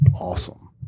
Awesome